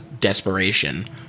desperation